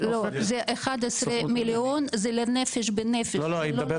לא, זה 11 מיליון זה לנפש בנפש.